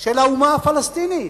של האומה הפלסטינית.